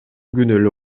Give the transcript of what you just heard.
күнөөлүү